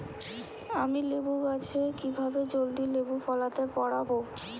আমি লেবু গাছে কিভাবে জলদি লেবু ফলাতে পরাবো?